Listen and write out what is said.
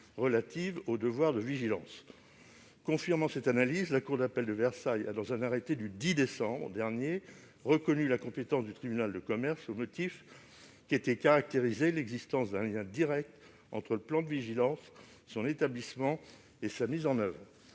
relatives au devoir de vigilance. Confirmant cette analyse, la cour d'appel de Versailles a, dans un arrêt du 10 décembre dernier, reconnu la compétence du tribunal de commerce au motif qu'était « caractérisée l'existence d'un lien direct entre le plan de vigilance, son établissement et sa mise en oeuvre,